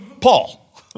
Paul